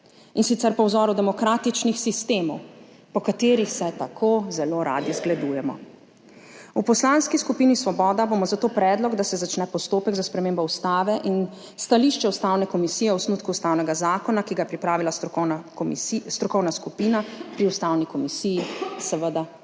in sicer po vzoru demokratičnih sistemov, po katerih se tako zelo radi zgledujemo. V Poslanski skupini Svoboda bomo zato predlog, da se začne postopek za spremembo Ustave, in stališče Ustavne komisije o osnutku ustavnega zakona, ki ga je pripravila strokovna skupina pri Ustavni komisiji, seveda